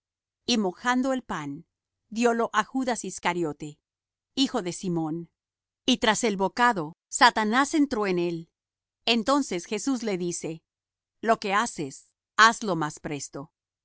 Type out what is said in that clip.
y mojando el pan diólo á judas iscariote hijo de simón y tras el bocado satanás entró en él entonces jesús le dice lo que haces haz lo más presto